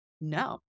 no